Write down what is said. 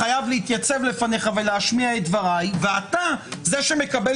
חייב להתייצב לפניך ולהשמיע את דבריי ואתה זה שמקבל